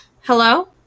Hello